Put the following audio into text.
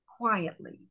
quietly